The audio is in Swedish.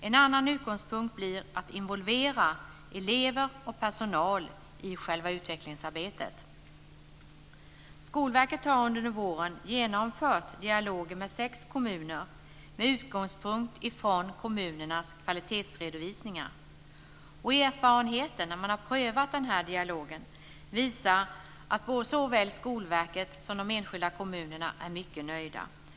En annan utgångspunkt blir att involvera elever och personal i själva utvecklingsarbetet. Skolverket har under våren genomfört dialoger med sex kommuner med utgångspunkt från kommunernas kvalitetsredovisningar. Erfarenheten när man har prövat den här dialogen visar att såväl Skolverket som de enskilda kommunerna är mycket nöjda.